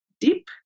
Deep